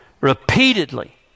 repeatedly